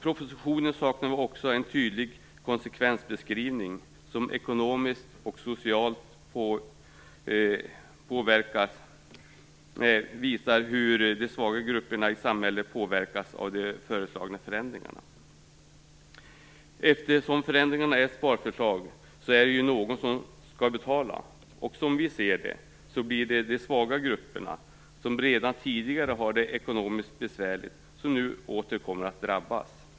Vi saknar också en tydlig konsekvensbeskrivning i propositionen som visar hur de svaga grupperna i samhället påverkas ekonomiskt och socialt av de förslagna förändringarna. Eftersom förändringarna är sparförslag, är det ju någon som skall betala. Som vi ser det blir det de svaga grupperna som redan tidigare har det ekonomiskt besvärligt som nu åter kommer att drabbas.